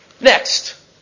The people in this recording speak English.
Next